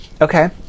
Okay